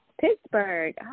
Pittsburgh